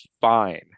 fine